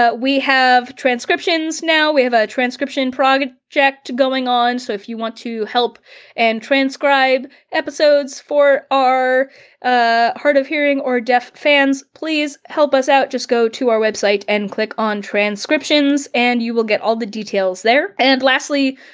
we have transcriptions now, we have a transcription project project going on. so if you want to help and transcribe episodes for our ah hard of hearing or deaf fans, please help us out, just go to our website and click on transcriptions and you will get all the details there. and lastly,